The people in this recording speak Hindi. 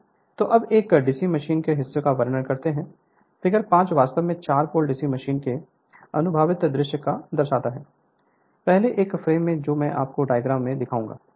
Refer Slide Time 1514 तो अब एक डीसी मशीन के हिस्सों का वर्णन करते हैं फिगर 5 वास्तव में चार पोल डीसी मशीन के अनुभागीय दृश्य को दर्शाता है पहले एक फ्रेम है जो मैं आपको डायग्राम में दिखाऊंगा